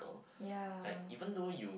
ya